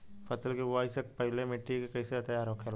फसल की बुवाई से पहले मिट्टी की कैसे तैयार होखेला?